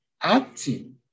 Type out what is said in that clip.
acting